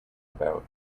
about